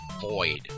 void